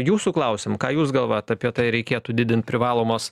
jūsų klausiam ką jūs galvojat apie tai ar reikėtų didint privalomos